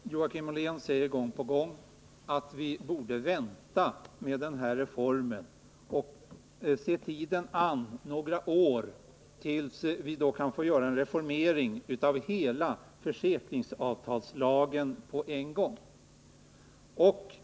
Herr talman! Joakim Ollén säger gång på gång att vi borde vänta med den här reformen och se tiden an några år tills vi kan få göra en reformering av hela försäkringsavtalslagen på en gång.